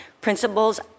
principles